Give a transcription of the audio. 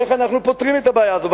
איך אנחנו פותרים את הבעיה הזאת.